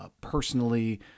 personally